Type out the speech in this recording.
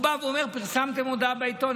הוא בא ואומר: פרסמתם מודעה בעיתון,